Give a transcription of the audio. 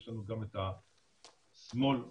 יש את השמאל הקיצוני,